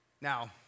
Now